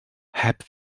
heb